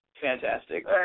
Fantastic